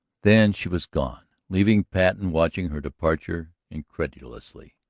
then she was gone, leaving patten watching her departure incredulously.